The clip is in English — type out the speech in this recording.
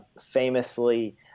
famously